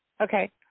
Okay